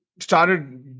started